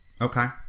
okay